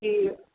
हे